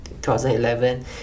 2011